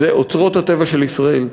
זה אוצרות הטבע של ישראל.